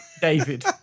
David